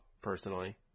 personally